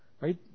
Right